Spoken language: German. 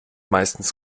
meistens